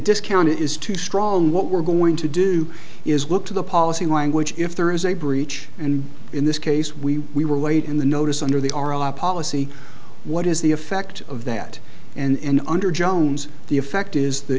discount is too strong what we're going to do is look to the policy language if there is a breach and in this case we we were late in the notice under the our our policy what is the effect of that and under jones the effect is the